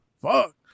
Fuck